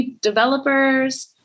developers